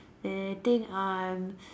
they think I'm